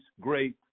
great